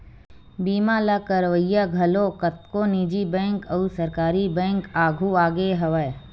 बीमा ल करवइया घलो कतको निजी बेंक अउ सरकारी बेंक आघु आगे हवय